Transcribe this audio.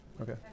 Okay